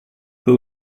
who